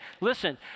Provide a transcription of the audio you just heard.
listen